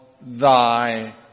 thy